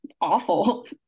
awful